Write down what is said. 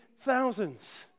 thousands